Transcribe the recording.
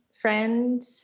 friend